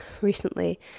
recently